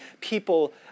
people